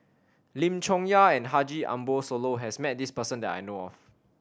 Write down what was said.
Lim Chong Yah and Haji Ambo Sooloh has met this person that I know of